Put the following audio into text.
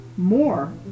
More